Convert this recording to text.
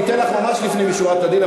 אני אתן לך ממש לפנים משורת הדין,